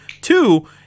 Two